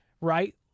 right